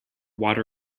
water